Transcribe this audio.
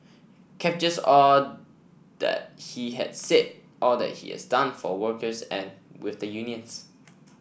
captures all that he had said all that he has done for workers and with the unions